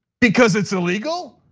because it's illegal.